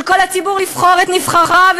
של כל הציבור לבחור את נבחריו,